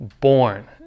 born